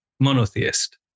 Monotheist